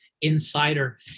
insider